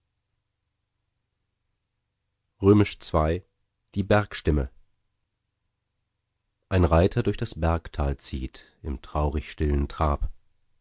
ii die bergstimme ein reiter durch das bergtal zieht im traurig stillen trab